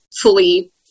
fully